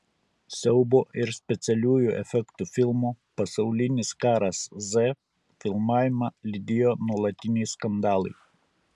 siaubo ir specialiųjų efektų filmo pasaulinis karas z filmavimą lydėjo nuolatiniai skandalai